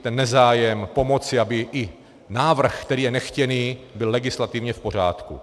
S tím nezájmem pomoci, aby i návrh, který je nechtěný, byl legislativně v pořádku.